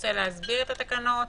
רוצה להסביר את התקנות?